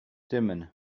dimmen